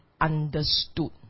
understood